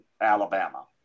Alabama